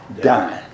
Dying